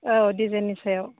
औ दिजाइननि सायाव